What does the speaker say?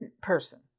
person